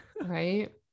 Right